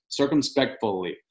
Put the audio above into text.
circumspectfully